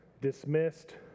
dismissed